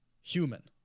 human